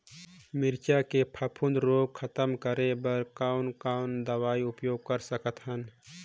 मिरचा के फफूंद रोग खतम करे बर कौन कौन दवई उपयोग कर सकत हन?